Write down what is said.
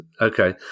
Okay